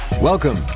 Welcome